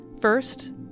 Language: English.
First